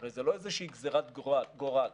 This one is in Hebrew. הרי זה לא איזושהי גזירת גורל.